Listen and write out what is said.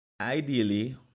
ideally